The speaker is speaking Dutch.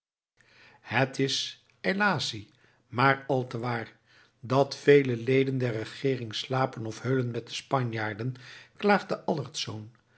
het is eilaci maar al te waar dat vele leden der regeering slapen of heulen met de spanjaarden klaagde